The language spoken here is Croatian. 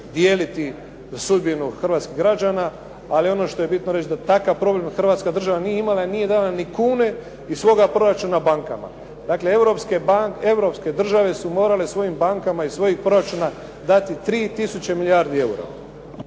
dijeliti sudbinu hrvatskih građana, ali ono što je bitno reći da takav problem Hrvatska država nije imala i nije dala ni kune iz svoga proračuna bankama. Dakle, europske države su morale svojim bankama iz svojih proračuna dati 3 tisuće milijardi eura.